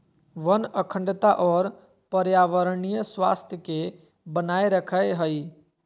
वन अखंडता और पर्यावरणीय स्वास्थ्य के बनाए रखैय हइ